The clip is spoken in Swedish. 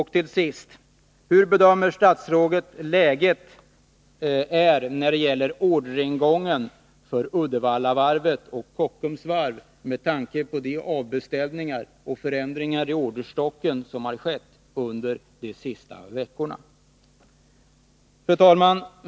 Hur bedömer statsrådet att läget är när det gäller orderingången för Uddevallavarvet och Kockums Varv med tanke på de avbeställningar och förändringar i orderstocken som har skett under de senaste veckorna? Fru talman!